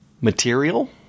material